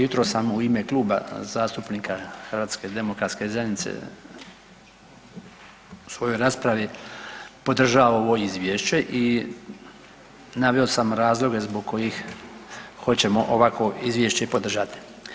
Jutros sam u ime Kluba zastupnika HDZ-a u svojoj raspravi podržao ovo izvješće i naveo sam razloge zbog kojih hoćemo ovakvo izvješće i podržati.